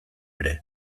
ere